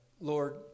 Lord